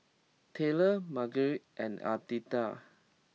Tyler Margery and Aditya